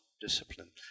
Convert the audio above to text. discipline